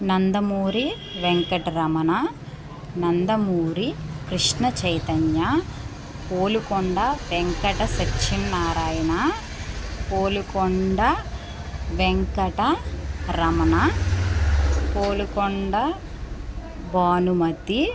Nandamuri Venkataramana Nandamuri Krishna Chaitanya Volukonda Venkata Satyanarayana Volukonda Venkata Ramana Volukonda Bhanumathi